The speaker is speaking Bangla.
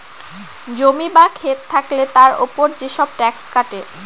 জমি বা খেত থাকলে তার উপর যেসব ট্যাক্স কাটে